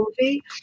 movie